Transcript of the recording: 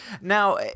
now